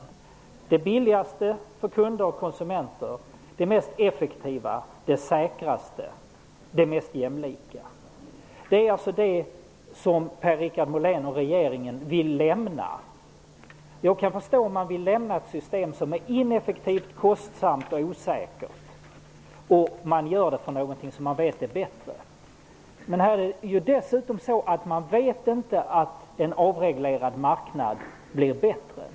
Det är det billigaste för kunder och konsumenter, det mest effektiva, det säkraste, det mest jämlika. Det är alltså det som Per-Richard Molén och regeringen vill lämna. Jag kan förstå om man vill lämna ett system som är ineffektivt, kostsamt och osäkert, om man gör det för någonting som man vet är bättre. Men här är det dessutom så att man inte vet om en avreglerad marknad blir bättre.